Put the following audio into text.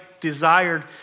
desired